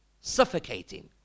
suffocating